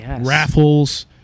raffles